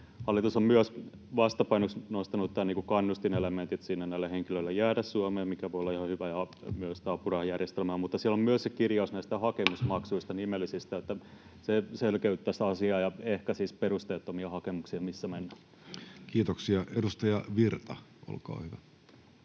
hallitus on vastapainoksi nostanut myös nämä kannustinelementit näille henkilöille jäädä Suomeen, mikä voi olla ihan hyvä, ja on myös tämä apurahajärjestelmä. Mutta siellä on myös se kirjaus näistä nimellisistä hakemusmaksuista. Se selkeyttäisi asiaa ja ehkäisisi perusteettomia hakemuksia. Missä mennään? Kiitoksia. — Edustaja Virta, olkaa hyvä.